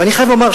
ואני חייב לומר,